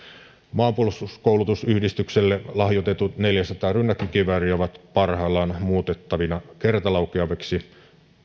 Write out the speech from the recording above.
maanpuolustuskoulutusyhdistykselle lahjoitetut neljäsataa rynnäkkökivääriä ovat parhaillaan muutettavina kertalaukeaviksi